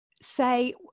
say